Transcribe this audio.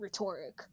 rhetoric